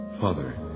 Father